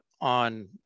on